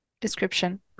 description